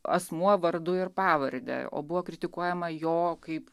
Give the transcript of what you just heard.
asmuo vardu ir pavarde o buvo kritikuojama jo kaip